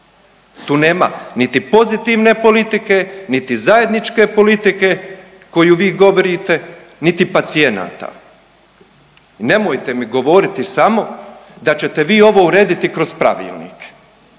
Tu nema niti pozitivne politike, niti zajedničke politike koju vi govorite, niti pacijenata. Nemojte mi govoriti samo da ćete vi ovo urediti kroz pravilnik